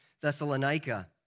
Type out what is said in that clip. Thessalonica